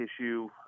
issue